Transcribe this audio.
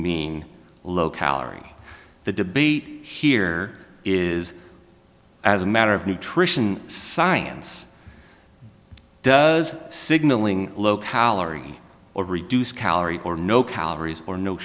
mean low calorie the debate here is as a matter of nutrition science does signaling low calorie or reduced calorie or no calories or no